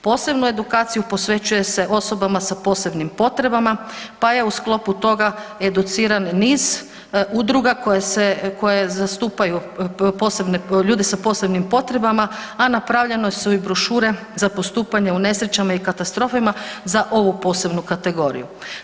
Posebnu edukaciju posvećuje se osobama sa posebnim potrebama pa je u sklopu toga educiran niz udruga koje se, koje zastupaju posebne, ljude sa posebnim potrebama, a napravljene su i brošure za postupanje u nesrećama i katastrofama za ovu posebnu kategoriju.